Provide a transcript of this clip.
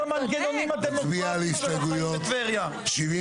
המנגנונים הדמוקרטיים של החיים בטבריה.